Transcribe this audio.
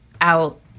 out